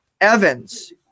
Evans